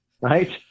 Right